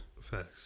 Facts